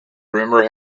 remember